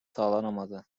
sağlanamadı